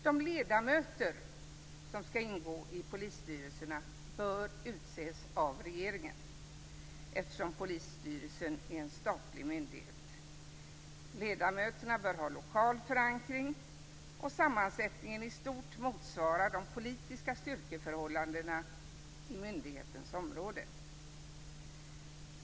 De ledamöter som skall ingå i polisstyrelserna bör utses av regeringen eftersom polisstyrelsen är en statlig myndighet. Ledamöterna bör ha lokal förankring och sammansättningen i stort motsvara de politiska styrkeförhållanden som gäller i myndighetens område.